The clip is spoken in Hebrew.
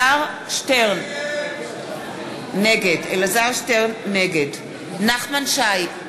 שטרן, נגד נחמן שי,